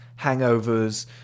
hangovers